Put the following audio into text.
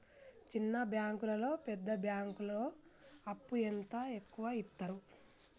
చిన్న బ్యాంకులలో పెద్ద బ్యాంకులో అప్పు ఎంత ఎక్కువ యిత్తరు?